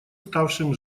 ставшим